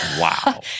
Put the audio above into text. Wow